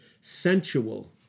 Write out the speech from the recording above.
sensual